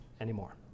anymore